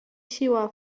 siła